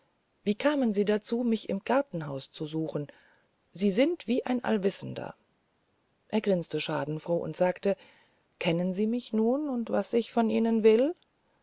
wie kamen sie dazu mich im gartenhause zu suchen sie sind wie ein allwissender er grinsete schadenfroh und sagte kennen sie mich nun und was ich von ihnen will